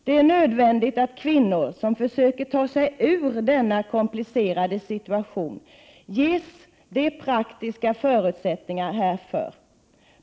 —-- Det är nödvändigt att kvinnor, som försöker ta sig ur denna komplicerade situation, ges de praktiska förutsättningarna härför.